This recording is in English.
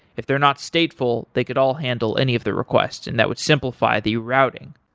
if they're not stateful, they could all handle any of the requests and that would simplify the routing.